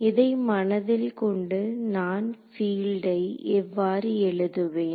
இதை மனதில் கொண்டு நான் பீல்டை எவ்வாறு எழுதுவேன்